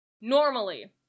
normally